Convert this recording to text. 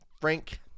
Frank